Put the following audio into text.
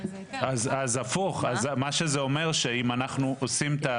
אז הפוך, אז מה שזה אומר שאם אנחנו עושים.